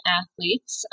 athletes